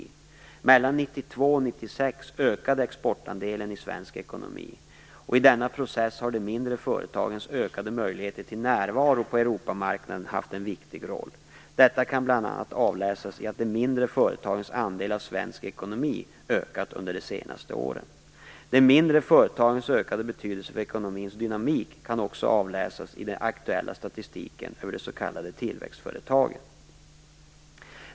Mellan 1992 och 1996 ökade exportandelen i svensk ekonomi, och i denna process har de mindre företagens ökade möjligheter till närvaro på Europamarknaden haft en viktig roll. Detta kan bl.a. avläsas i att de mindre företagens andel av svensk ekonomi ökat under de senaste åren. De mindre företagens ökade betydelse för ekonomins dynamik kan också avläsas i den aktuella statistiken över de s.k. tillväxtföretagen.